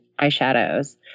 eyeshadows